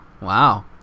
wow